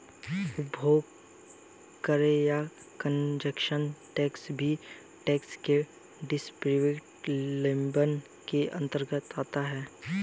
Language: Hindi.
उपभोग कर या कंजप्शन टैक्स भी टैक्स के डिस्क्रिप्टिव लेबल के अंतर्गत आता है